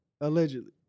Allegedly